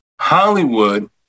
Hollywood